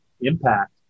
impact